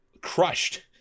crushed